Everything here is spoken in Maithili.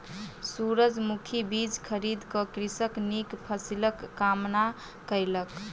सूरजमुखी बीज खरीद क कृषक नीक फसिलक कामना कयलक